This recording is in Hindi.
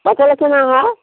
पटल कितना है